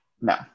No